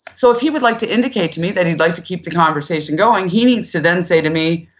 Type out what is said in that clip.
so if he would like to indicate to me that he'd like to keep the conversation going, he needs to then say to me,